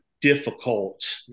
Difficult